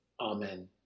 Amen